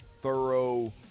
thorough